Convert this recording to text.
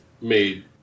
made